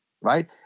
right